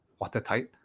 watertight